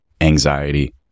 anxiety